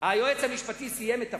והיועץ המשפטי סיים את תפקידו,